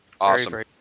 Awesome